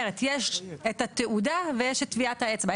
אז אני אומרת, יש את התעודה ויש את טביעת האצבע.